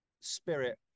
spirit